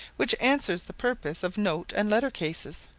which answer the purpose of note and letter-cases,